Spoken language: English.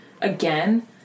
again